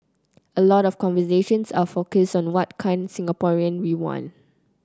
a lot of conversations are focused on what kind Singaporean we want